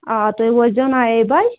آ تُہۍ وٲتۍزیو نَیے بجہِ